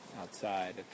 outside